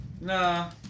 Nah